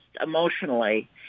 emotionally